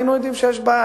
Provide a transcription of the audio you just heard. היינו יודעים שיש בעיה,